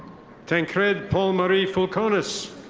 tankrit paul-marie frankonas.